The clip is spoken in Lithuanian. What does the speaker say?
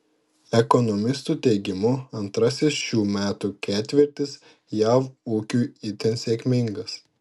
ekonomistų teigimu antrasis šių metų ketvirtis jav ūkiui itin sėkmingas